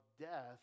death